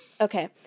Okay